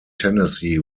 tennessee